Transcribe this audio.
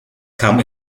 kam